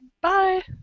bye